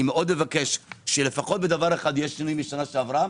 אני מאוד מבקש שלפחות בדבר אחד יהיה שינוי משנה שעברה